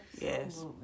Yes